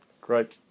great